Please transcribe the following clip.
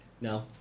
No